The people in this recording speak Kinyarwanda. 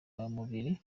kandi